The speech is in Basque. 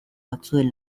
batzuen